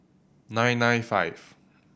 nine nine five